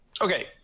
Okay